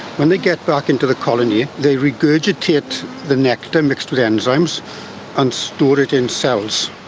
when they get back into the colony, they regurgitate the nectar mixed with enzymes and store it in cells.